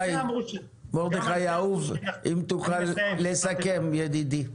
מרדכי אהוב, אם תוכל לסכם, ידידי.